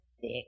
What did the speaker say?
thick